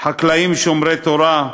חקלאים שומרי תורה.